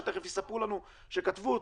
שתיכף יספרו לנו שכתבו,